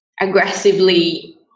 aggressively